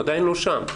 הם עדיין לא שם.